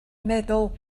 meddwl